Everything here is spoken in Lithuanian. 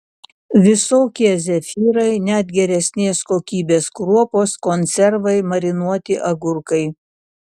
visokie zefyrai net geresnės kokybės kruopos konservai marinuoti agurkai